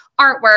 artwork